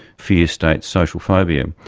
fear states, social phobia.